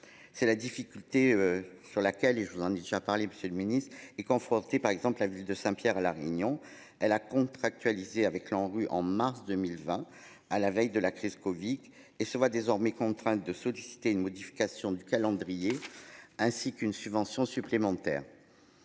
C'est la difficulté sur laquelle je vous en ai déjà parlé, Monsieur le Ministre, est confronté par exemple la ville de Saint-Pierre à la Réunion. Elle a contractualisé avec l'ANRU en mars 2020, à la veille de la crise Covid et se voit désormais contraint de solliciter une modification du calendrier, ainsi qu'une subvention supplémentaire.